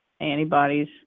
antibodies